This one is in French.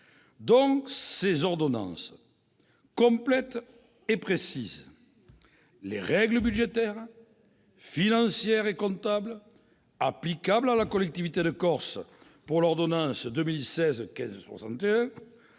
Ces ordonnances complètent et précisent les règles budgétaires, financières et comptables applicables à la collectivité de Corse- c'est l'objet de l'ordonnance n° 2016-1561